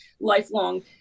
lifelong